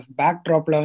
backdrop